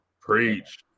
Preach